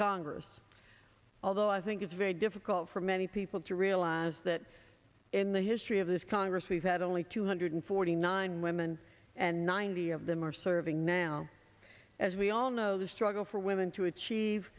congress although i think it's very difficult for many people to realize that in the history of this congress we've had only two hundred forty nine women and ninety of them are serving now as we all know the struggle for women to achieve